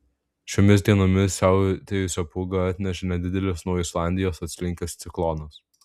šiomis dienomis siautėjusią pūgą atnešė nedidelis nuo islandijos atslinkęs ciklonas